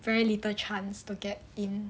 very little chance to get in